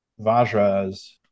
Vajra's